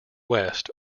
west